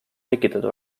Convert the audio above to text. tekitada